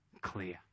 clear